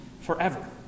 forever